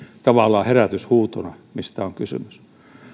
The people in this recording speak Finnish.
tavallaan herätyshuutona siitä mistä on kysymys